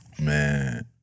Man